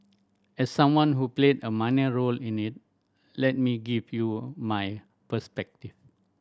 as someone who played a minor role in it let me give you my perspective